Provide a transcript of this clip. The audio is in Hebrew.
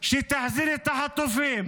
שתחזיר את החטופים,